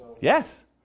Yes